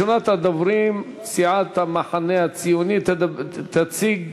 ראשונת הדוברים, מסיעת המחנה הציוני תציג